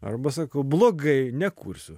arba sakau blogai nekursiu